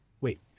wait